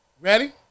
Ready